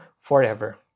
forever